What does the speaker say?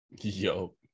Yo